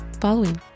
following